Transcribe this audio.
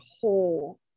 whole